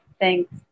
thanks